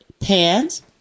pants